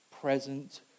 present